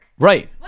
right